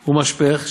משפך,